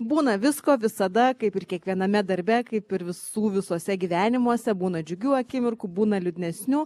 būna visko visada kaip ir kiekviename darbe kaip ir visų visuose gyvenimuose būna džiugių akimirkų būna liūdnesnių